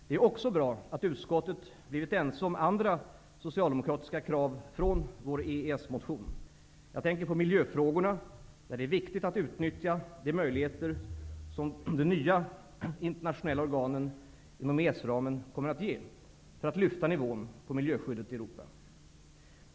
Det är också bra att utskottet blivit ense om andra socialdemokratiska krav från vår EES-motion. Jag tänker på miljöfågorna, där det är viktigt att utnyttja de möjligheter som de nya internationella organen inom EES-ramen kommer att ge, för att lyfta nivån på miljöskyddet i Europa.